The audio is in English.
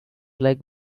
like